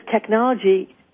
technology